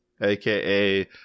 aka